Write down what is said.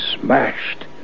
smashed